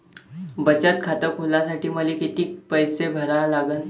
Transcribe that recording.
बचत खात खोलासाठी मले किती पैसे भरा लागन?